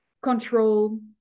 control